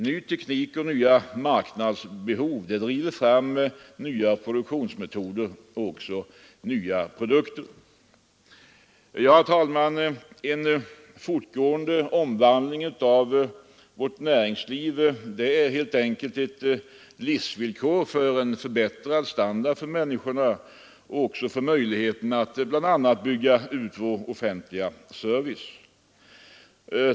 Ny teknik och nya marknadsbehov driver fram nya produktionsmetoder och även nya produkter. Herr talman! En fortgående omvandling av vårt näringsliv är helt enkelt ett livsvillkor för en förbättrad standard för människorna och även för möjligheterna att bygga ut vår offentliga service.